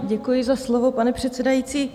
Děkuji za slovo, pane předsedající.